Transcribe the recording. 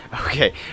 okay